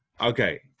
okay